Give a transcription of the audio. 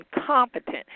incompetent